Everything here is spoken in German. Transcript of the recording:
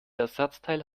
ersatzteil